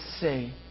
say